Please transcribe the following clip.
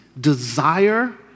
desire